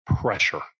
pressure